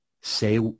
Say